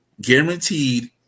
guaranteed